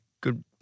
good